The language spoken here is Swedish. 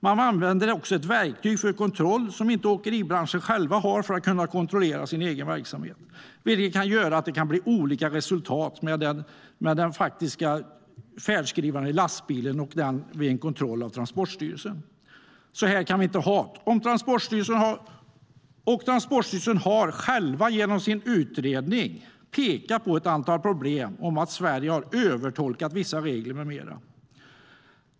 Man använder dessutom ett verktyg för kontroll som åkeribranschen inte själva har för att kontrollera sin egen verksamhet, vilket kan göra att det blir olika resultat från den faktiska färdskrivaren i lastbilen och vid en kontroll av Transportstyrelsen. Så här kan vi inte ha det. Transportstyrelsen har genom sin utredning själv pekat på ett antal problem när det gäller att Sverige har övertolkat vissa regler, med mera.